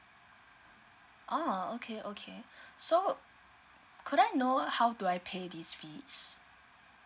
oh okay okay so could I know how do I pay this fees